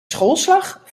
schoolslag